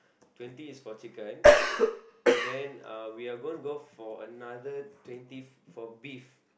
twenty is for chicken then we are going for another twenty for beef